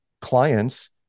clients